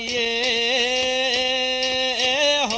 a